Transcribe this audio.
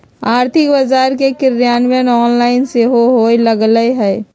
आर्थिक बजार के क्रियान्वयन ऑनलाइन सेहो होय लगलइ ह